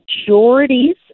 majorities